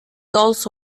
also